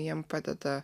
jiem padeda